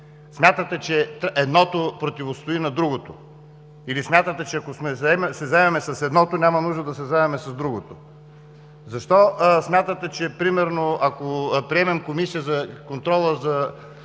Смятате, че едното противостои на другото или смятате, че ако се заемем с едното, няма нужда да се заемаме с другото? Защо смятате, че примерно, ако приемем Комисия за наблюдение